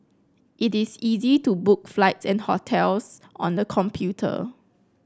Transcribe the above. it is easy to book flights and hotels on the computer